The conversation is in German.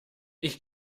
ich